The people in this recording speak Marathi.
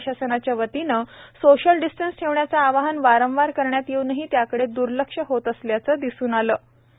प्रशासनाच्यावतीने सोशल डिस्टन्स ठेवण्याचे आवाहन वारंवार करण्यात येऊनही त्याकडे द्र्लक्ष होत असल्याचं दिसून आलं